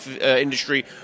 industry